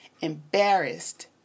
embarrassed